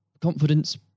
confidence